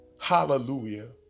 Hallelujah